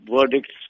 verdicts